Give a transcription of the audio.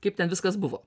kaip ten viskas buvo